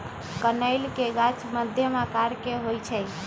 कनइल के गाछ मध्यम आकर के होइ छइ